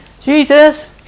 Jesus